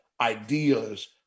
ideas